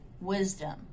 wisdom